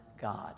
God